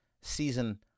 season